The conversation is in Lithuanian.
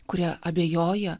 kurie abejoja